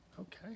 Okay